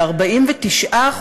ל-49%,